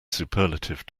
superlative